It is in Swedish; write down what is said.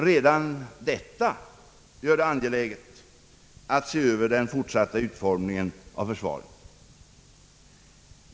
Redan detta gör det angeläget att se över den fortsatta utformningen av försvaret.